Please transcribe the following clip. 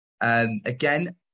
Again